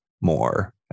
more